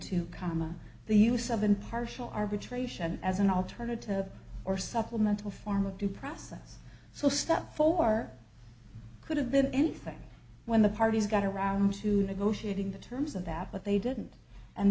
comma the use of impartial arbitration as an alternative or supplemental form of due process so stop for could have been anything when the parties got around to negotiating the terms of that but they didn't and